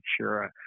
sure